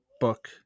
book